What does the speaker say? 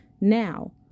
Now